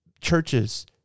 churches